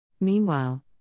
Meanwhile